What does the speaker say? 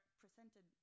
presented